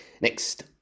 Next